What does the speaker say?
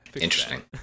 Interesting